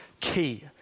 key